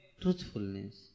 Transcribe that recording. truthfulness